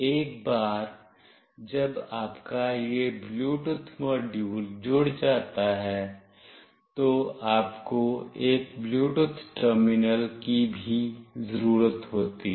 एक बार जब आपका यह ब्लूटूथ मॉड्यूल जुड़ जाता हैं तो आपको एक ब्लूटूथ टर्मिनल की भी ज़रूरत होती है